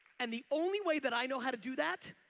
and the only way that i know how to do that